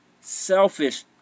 selfish